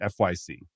FYC